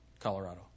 Colorado